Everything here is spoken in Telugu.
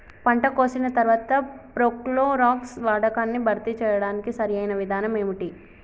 పంట కోసిన తర్వాత ప్రోక్లోరాక్స్ వాడకాన్ని భర్తీ చేయడానికి సరియైన విధానం ఏమిటి?